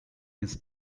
his